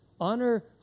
honor